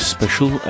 Special